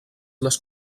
les